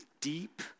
Deep